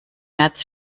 märz